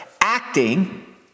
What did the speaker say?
acting